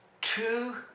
Two